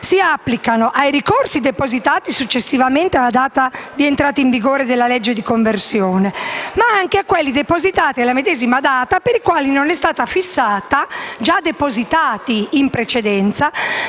si applicano ai ricorsi depositati successivamente alla data di entrata in vigore della legge di conversione, ma anche a quelli depositati alla medesima data, già depositati in precedenza,